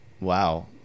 wow